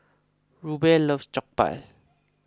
Rube loves Jokbal